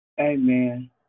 Amen